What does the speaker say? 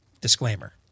disclaimer